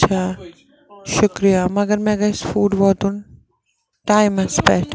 اَچھا شُکریہ مگر مےٚ گَژھِ فُڈ واتُن ٹایمَس پٮ۪ٹھ